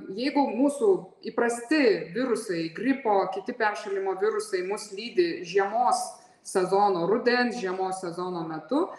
jeigu mūsų įprasti virusai gripo kiti peršalimo virusai mus lydi žiemos sezono rudens žiemos sezono metu